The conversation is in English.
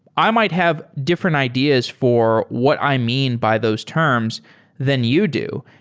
i might have different ideas for what i mean by those terms than you do.